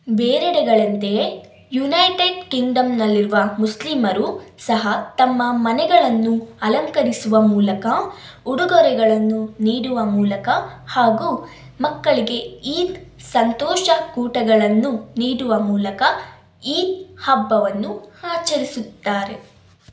ಬೇರೆಡೆಗಳಂತೆಯೇ united ಕಿಂಗ್ಡಮ್ನಲ್ಲಿರುವ ಮುಸ್ಲಿಮರೂ ಸಹ ತಮ್ಮ ಮನೆಗಳನ್ನು ಅಲಂಕರಿಸುವ ಮೂಲಕ ಉಡುಗೊರೆಗಳನ್ನು ನೀಡುವ ಮೂಲಕ ಹಾಗೂ ಮಕ್ಕಳಿಗೆ ಈದ್ ಸಂತೋಷ ಕೂಟಗಳನ್ನು ನೀಡುವ ಮೂಲಕ ಈದ್ ಹಬ್ಬವನ್ನು ಆಚರಿಸುತ್ತಾರೆ